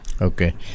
Okay